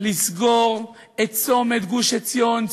לסגור את צומת גוש-עציון,